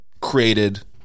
created